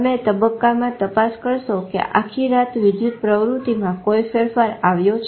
તમે તબક્કામાં તપાસ કરશો કે આખી રાત વિધુત પ્રવૃતિમાં કોઈ ફેરફાર આવ્યો છે